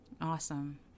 Awesome